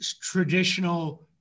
traditional